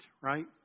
right